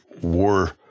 war